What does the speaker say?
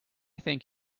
think